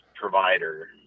provider